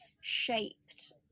shaped